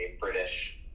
British